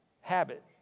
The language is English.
habit